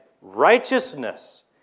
righteousness